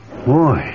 Boy